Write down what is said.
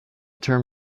term